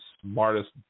smartest